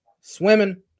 swimming